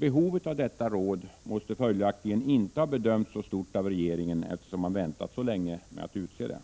Behovet av detta råd måste följaktligen av regeringen inte ha bedömts vara så stort, eftersom man väntat så länge med att utse det.